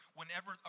whenever